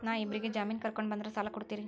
ನಾ ಇಬ್ಬರಿಗೆ ಜಾಮಿನ್ ಕರ್ಕೊಂಡ್ ಬಂದ್ರ ಸಾಲ ಕೊಡ್ತೇರಿ?